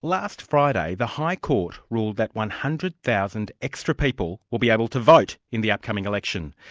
last friday the high court ruled that one hundred thousand extra people will be able to vote in the upcoming election.